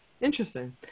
Interesting